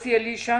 יוסי אלישע